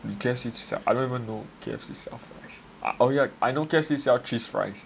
K_F_C sell I don't even know if K_F_C sell fries oh yeah I know K_F_C sell cheese fries